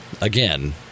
Again